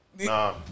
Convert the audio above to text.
Nah